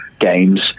games